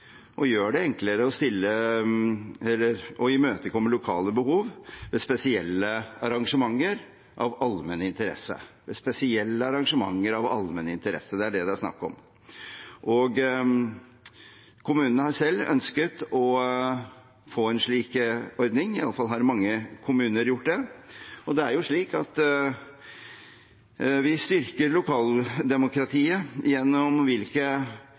og gjør det enklere å imøtekomme lokale behov ved spesielle arrangementer av allmenn interesse. Det er det det er snakk om. Kommunene har selv ønsket å få en slik ordning. I alle fall har mange kommuner gjort det. Det er jo slik at vi styrker lokaldemokratiet gjennom hvilke